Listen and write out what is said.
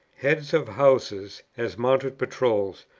heads of houses, as mounted patrols,